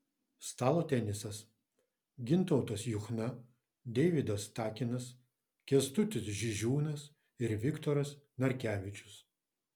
stalo tenisas gintautas juchna deividas takinas kęstutis žižiūnas ir viktoras narkevičius